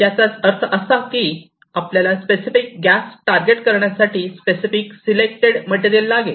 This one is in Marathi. याचाच अर्थ असा की आपल्याला स्पेसिफिक गॅस टारगेट करण्यासाठी स्पेसिफिक सिलेक्टेड मटेरियल लागेल